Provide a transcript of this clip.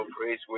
praise